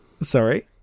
Sorry